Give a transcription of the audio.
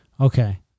Okay